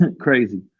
Crazy